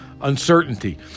uncertainty